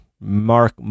Mark